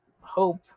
hope